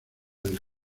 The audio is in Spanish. del